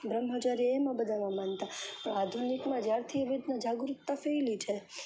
બ્રહ્મચર્ય એવાં બધાંમાં માનતાં આધુનિકમાં જ્યારથી એવી રીતની જાગૃતતા ફેલાઈ છે